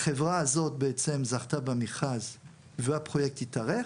החברה הזאת בעצם זכתה במכרז והפרויקט התארך.